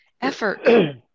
effort